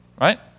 right